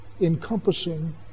encompassing